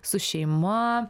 su šeima